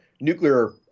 nuclear